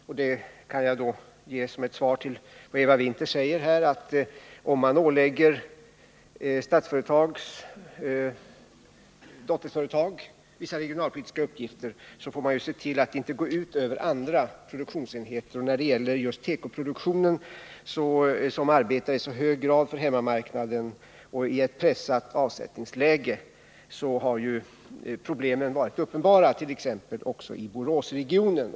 Som svar till Eva Winther vill jag då säga att om man ålägger Statsföretags dotterföretag vissa regionalpolitiska uppgifter, så får man se till att det inte går ut över andra produktionsenheter. När det gäller tekoproduktionen, som i så hög grad arbetar för hemmamarknaden och i ett pressat avsättningsläge, har problemen varit uppenbara, t.ex. även i Boråsregionen.